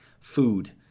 food